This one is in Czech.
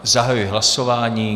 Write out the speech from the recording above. Zahajuji hlasování.